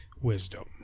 wisdom